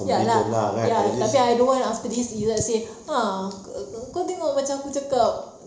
ya lah ya tapi I don't want after this izat say !huh! kau tengok macam aku cakap